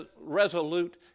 resolute